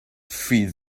feed